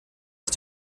auf